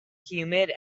humid